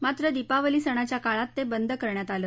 मात्र दिपावली सणाच्या काळात ते बंद करण्यात आलं